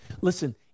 Listen